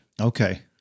Okay